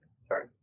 Sorry